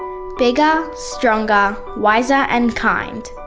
bigger, stronger, wiser and kind.